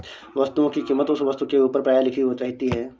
वस्तुओं की कीमत उस वस्तु के ऊपर प्रायः लिखी रहती है